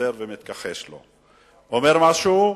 וחוזר ומתכחש לו, אומר משהו אחר,